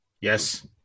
Yes